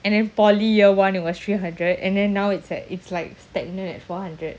and then poly year one it was three hundred and then now it's at it's like stagnant at four hundred